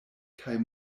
kaj